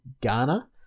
Ghana